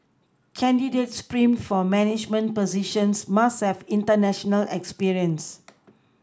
candidates primed for management positions must have international experience